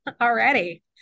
Already